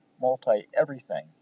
multi-everything